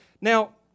Now